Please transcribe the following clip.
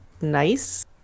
nice